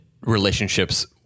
relationships